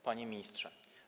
Panie Ministrze!